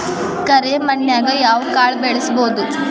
ಕರೆ ಮಣ್ಣನ್ಯಾಗ್ ಯಾವ ಕಾಳ ಬೆಳ್ಸಬೋದು?